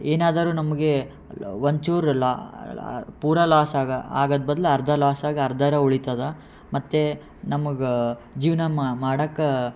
ಏನಾದರೂ ನಮಗೆ ಒಂದು ಚೂರು ಲಾ ಲಾ ಪೂರಾ ಲಾಸ್ ಆಗ ಆಗೋದ್ ಬದಲು ಅರ್ಧ ಲಾಸ್ ಆಗಿ ಅರ್ಧರೂ ಉಳಿತದೆ ಮತ್ತು ನಮಗೆ ಜೀವನ ಮಾಡಕ್ಕೆ